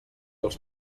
els